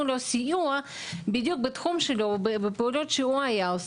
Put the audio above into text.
לו סיוע בדיוק בתחום שלו ובפעולות שהוא היה עושה,